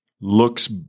looks